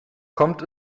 kommt